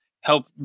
help